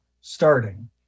starting